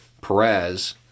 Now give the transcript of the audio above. Perez